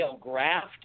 graft